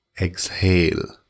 Exhale